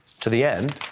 to the end,